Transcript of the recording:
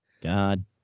God